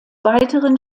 weiteren